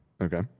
Okay